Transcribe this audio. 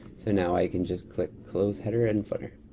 so now i can just click close header and footer.